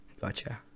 Gotcha